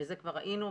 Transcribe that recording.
ואת זה כבר ראינו,